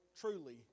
truly